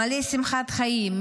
מלא שמחת חיים,